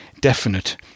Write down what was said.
definite